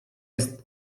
jest